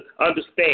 understand